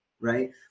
right